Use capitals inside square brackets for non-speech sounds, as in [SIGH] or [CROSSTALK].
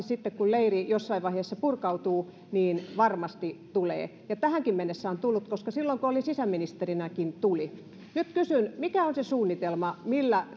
[UNINTELLIGIBLE] sitten kun kun leiri jossain vaiheessa purkautuu niin varmasti tulee ja tähänkin mennessä on tullut koska silloinkin kun olin sisäministerinä tuli nyt kysyn mikä on se suunnitelma millä [UNINTELLIGIBLE]